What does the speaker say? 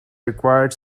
required